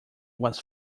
was